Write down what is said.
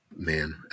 man